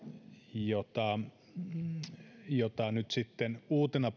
jota jota nyt sitten uutena